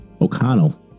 O'Connell